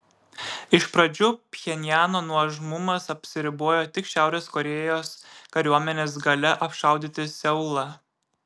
iš pradžių pchenjano nuožmumas apsiribojo tik šiaurės korėjos kariuomenės galia apšaudyti seulą